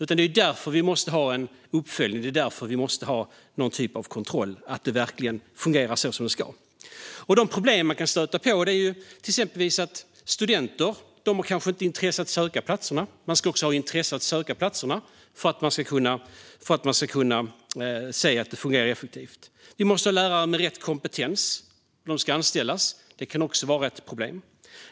Det är därför vi måste ha en uppföljning och någon typ av kontroll av att det verkligen fungerar som det ska. Ett problem man kan stöta på är exempelvis att studenter kanske inte har intresse av att söka platserna. Det ska finnas intresse för att söka platserna för att det ska fungera effektivt. Vi måste ha lärare med rätt kompetens som ska anställas; det kan också vara ett problem.